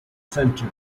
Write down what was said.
centre